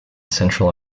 central